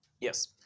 Yes